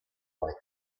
life